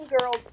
Girls